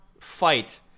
fight